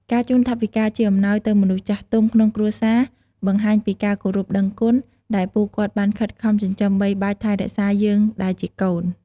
ការជូនថវិកាជាអំណោយទៅមនុស្សចាស់ទុំក្នុងគ្រួសារបង្ហាញពីការគោរពដឹងគុណ ដែលពួកគាត់បានខិតខំចិញ្ចឹមបីបាច់ថែរក្សាយើងដែលជាកូន។